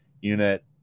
unit